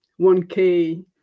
1K